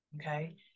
okay